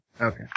Okay